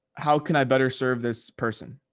how can i better serve this person,